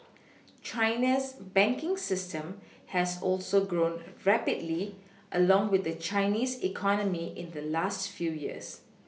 China's banking system has also grown rapidly along with the Chinese economy in the last few years